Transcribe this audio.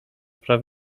praw